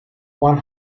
one